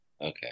okay